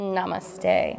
Namaste